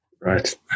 Right